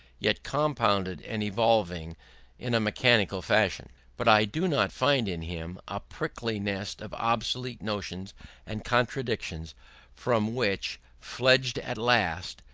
yet compounded and evolving in a mechanical fashion. but i do not find in him a prickly nest of obsolete notions and contradictions from which, fledged at last,